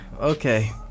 okay